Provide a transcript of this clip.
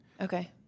Okay